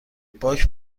باک